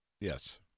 Yes